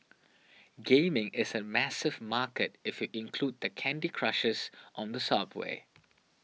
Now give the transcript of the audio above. gaming is a massive market if you include the Candy Crushers on the subway